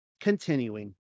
Continuing